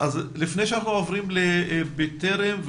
לפני שאנחנו עוברים ל"בטרם",